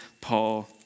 Paul